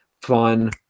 fun